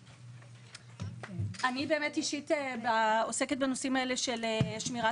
אני אישית עוסקת בנושאים האלה של שמירת